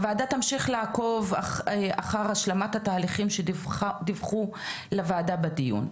הוועדה תמשיך לעקוב אחר השלמת התהליכים שעליהם דיווחו לוועדה בדיון.